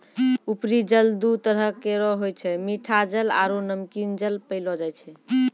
उपरी जल दू तरह केरो होय छै मीठा जल आरु नमकीन जल पैलो जाय छै